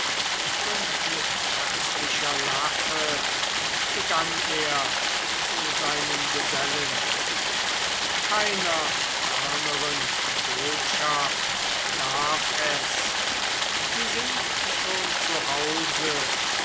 und mit herzlicher lache begann er zu seinen gesellen keiner ferneren botschaft bedarf es sie sind schon zu